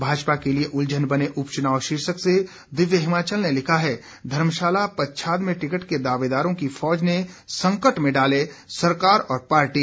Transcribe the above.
भाजपा के लिए उलझन बने उपचुनाव शीर्षक से दिव्य हिमाचल ने लिखा है धर्मशाला पच्छाद में टिकट के दावेदारों की फौज ने संकट में डाले सरकार और पार्टी